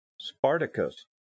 spartacus